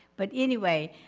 but anyway,